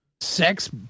Sex